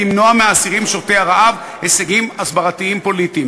למנוע מהאסירים שובתי הרעב הישגים הסברתיים פוליטיים.